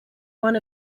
one